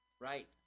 Right